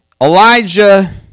Elijah